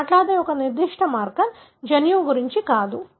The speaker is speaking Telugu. మనం మాట్లాడే ఒక నిర్దిష్ట మార్కర్ జన్యువు గురించి కాదు